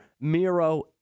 Miro